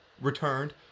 returned